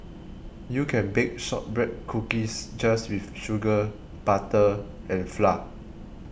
you can bake Shortbread Cookies just with sugar butter and flour